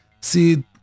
see